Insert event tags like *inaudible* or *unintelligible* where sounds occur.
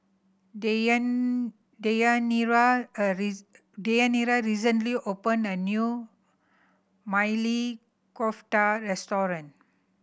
*unintelligible* Deyanira a *unintelligible* Deyanira recently opened a new Maili Kofta Restaurant